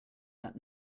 that